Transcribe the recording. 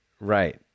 Right